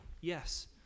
yes